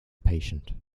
patient